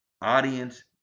Audience